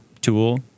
tool